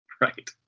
Right